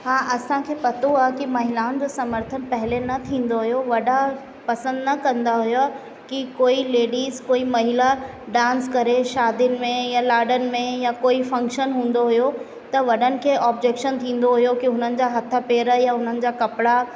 हा असांखे पतो आहे कि महिलाउनि जो समर्थन पहले न थींदो हुओ वॾा पसंदि न कंदा हुआ कि कोई लेडिस कोई महिला डांस करे शादियुनि में या लाॾनि में यां कोई फ़ंक्शन हूंदो हुओ त वॾनि खे ऑब्जेक्शन थींदो हुओ कि हुननि जा हथ पेर या उन्हनि जा कपिड़ा